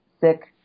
sick